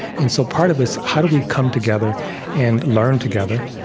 and so part of it's, how do we come together and learn together?